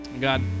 God